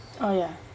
oh ya